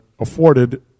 afforded